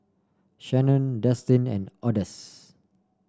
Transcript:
shanon Destin and Odus